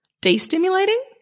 De-stimulating